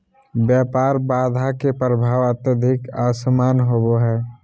व्यापार बाधा के प्रभाव अत्यधिक असमान होबो हइ